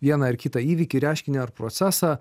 vieną ar kitą įvykį reiškinį ar procesą